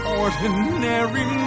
ordinary